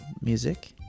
music